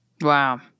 Wow